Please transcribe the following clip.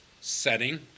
setting